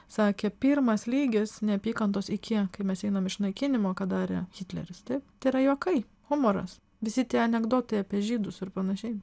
sakė pirmas lygis neapykantos iki kai mes einam išnaikinimo ką darė hitleris taip tai yra juokai humoras visi tie anekdotai apie žydus ir panašiai